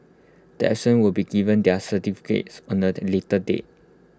the absence will be given their certificates on A later date